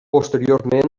posteriorment